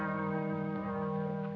oh